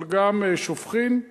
אבל גם שופכין,